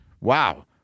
Wow